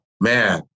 Man